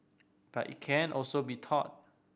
but it can also be taught